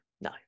no